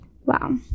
Wow